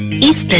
is